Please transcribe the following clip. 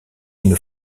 une